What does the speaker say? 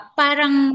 parang